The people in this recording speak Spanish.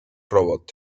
robot